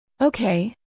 okay